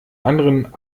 anderen